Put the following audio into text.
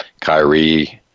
Kyrie